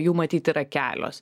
jų matyt yra kelios